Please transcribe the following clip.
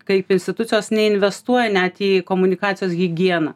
kaip institucijos neinvestuoja net į komunikacijos higieną